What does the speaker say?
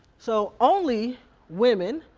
so only women,